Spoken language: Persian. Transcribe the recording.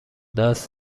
دست